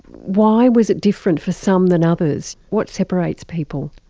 why was it different for some than others? what separates people?